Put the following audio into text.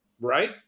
Right